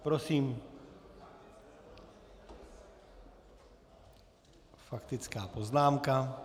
Prosím, faktická poznámka.